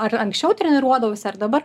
ar anksčiau treniruodavosi ar dabar